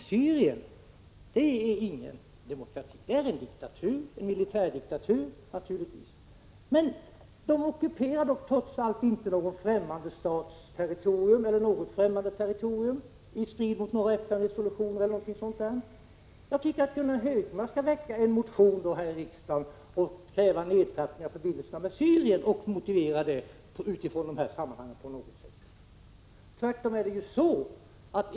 Syrien är ingen demokrati utan en militärdiktatur, men landet ockuperar trots allt inget främmande territorium i strid med FN-resolutioner osv. Gunnar Hökmark skulle naturligtvis kunna väcka en motion här i riksdagen med krav på nedtrappning av förbindelserna med Syrien, och motivera detta utifrån sina resonemang.